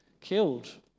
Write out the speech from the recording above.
killed